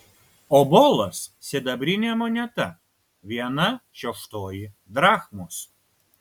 obolas sidabrinė moneta viena šeštoji drachmos